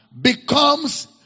Becomes